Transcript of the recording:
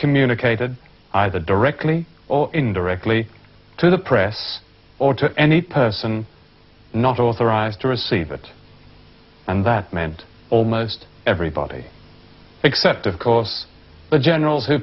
communicated either directly or indirectly to the press or to any person not authorized to receive it and that meant almost everybody except of course the generals who